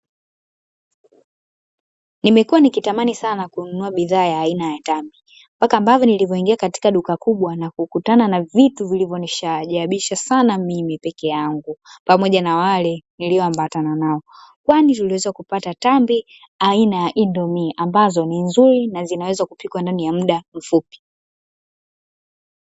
Nimekuwa nikitamani sana kununua bidhaa aina ya tambi mpaka ambavyo nimeingia katika duka kubwa na kukutana na vitu vilivyonistaajabisha sana mm peke yangu pamoja na wale nilioambatana nao kwani tuliweza kupata tambi aina ya idomi ambazo ni nzuri na zinaweza kupikwa ndani ya mda mfupi.